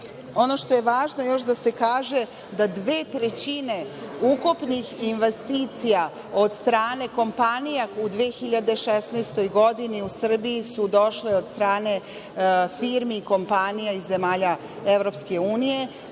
što je važno još da se kaže, da dve trećine ukupnih investicija od strane kompanija u 2016. godini u Srbiji su došle od strane firmi i kompanija iz zemalja EU, da dve